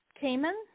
Cayman